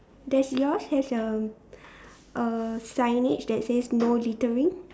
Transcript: does yours has a a signage that says no littering